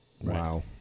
Wow